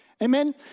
amen